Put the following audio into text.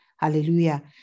Hallelujah